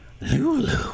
Lulu